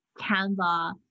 Canva